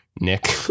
nick